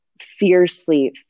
fiercely